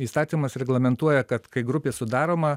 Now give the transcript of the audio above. įstatymas reglamentuoja kad kai grupė sudaroma